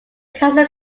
castle